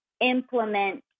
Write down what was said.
implement